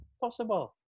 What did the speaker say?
Possible